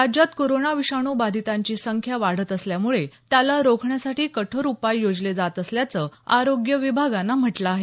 राज्यात कोरोना विषाणू बाधीतांची संख्या वाढत असल्यामुळे त्याला रोखण्यासाठी कठोर उपाय योजले जात असल्याची माहिती आरोग्य विभागानं दिली आहे